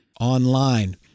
online